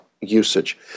usage